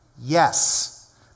Yes